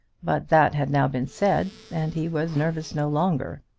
but that had now been said, and he was nervous no longer.